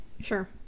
sure